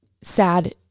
sad